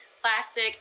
plastic